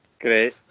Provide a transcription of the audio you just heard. Great